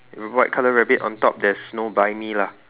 white color rabbit on top there's no buy me lah